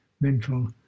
mental